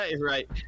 right